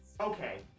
okay